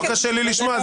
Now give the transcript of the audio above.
לא קשה לי לשמוע,